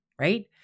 right